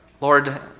Lord